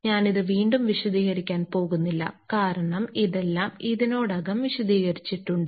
ഞാൻ ഇത് വീണ്ടും വീണ്ടും വിശദീകരിക്കാൻ പോകുന്നില്ല കാരണം ഇതെല്ലാം ഇതിനകം വിശദീകരിച്ചിട്ടുണ്ട്